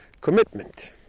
Commitment